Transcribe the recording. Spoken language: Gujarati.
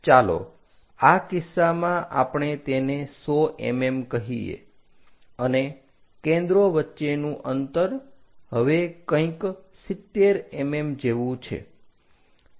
ચાલો આ કિસ્સામાં આપણે તેને 100 mm કહીએ અને કેન્દ્રો વચ્ચેનું અંતર હવે કંઈક 70 mm જેવું છે